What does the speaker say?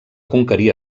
conquerir